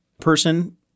person